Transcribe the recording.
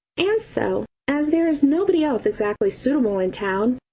and so, as there is nobody else exactly suitable in town,